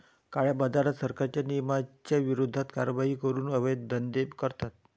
काळ्याबाजारात, सरकारच्या नियमांच्या विरोधात कारवाई करून अवैध धंदे करतात